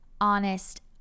honest